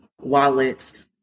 wallets